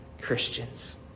Christians